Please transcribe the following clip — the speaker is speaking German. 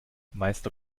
meister